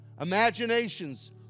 imaginations